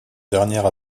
dernière